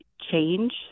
change